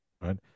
right